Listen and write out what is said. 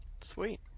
Sweet